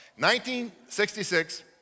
1966